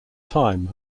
time